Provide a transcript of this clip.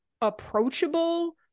approachable